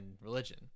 religion